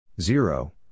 Zero